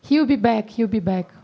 he'll be back he'll be back